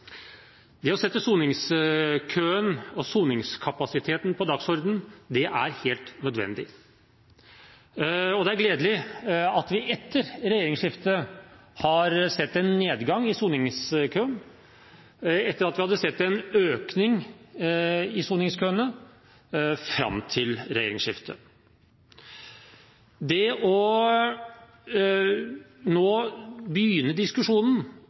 Det å sette soningskøen og soningskapasiteten på dagsordenen er helt nødvendig. Det er gledelig at vi etter regjeringsskiftet har sett en nedgang i soningskøen, etter at vi hadde sett en økning i soningskøen fram til regjeringsskiftet. Det å begynne diskusjonen nå